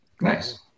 Nice